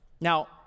Now